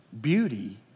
Beauty